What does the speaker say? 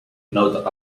not